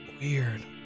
Weird